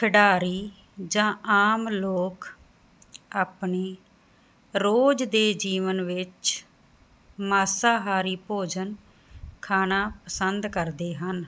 ਖਿਡਾਰੀ ਜਾਂ ਆਮ ਲੋਕ ਆਪਨੀ ਰੋਜ ਦੇ ਜੀਵਨ ਵਿੱਚ ਮਾਸਾਹਾਰੀ ਭੋਜਨ ਖਾਣਾ ਪਸੰਦ ਕਰਦੇ ਹਨ